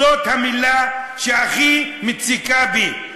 זאת המילה שהכי מציקה לי.